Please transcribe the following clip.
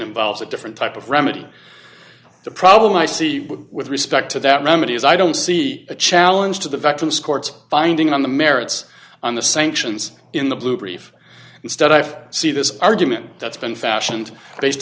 involves a different type of remedy the problem i see with respect to that remedy is i don't see a challenge to the victim's court's finding on the merits on the sanctions in the blue brief instead i've see this argument that's been fashioned based